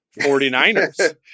49ers